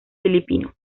filipino